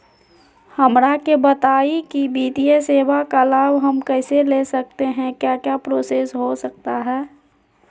हमरा के बताइए की वित्तीय सेवा का लाभ हम कैसे ले सकते हैं क्या क्या प्रोसेस हो सकता है?